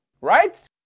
Right